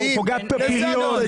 מי זרק?